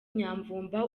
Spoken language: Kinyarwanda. nyamvumba